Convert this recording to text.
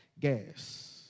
gas